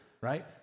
right